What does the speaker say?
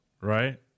Right